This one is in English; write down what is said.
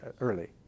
early